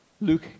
Luke